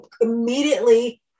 immediately